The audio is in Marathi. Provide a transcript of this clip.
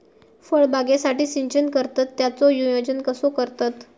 फळबागेसाठी सिंचन करतत त्याचो नियोजन कसो करतत?